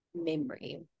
memory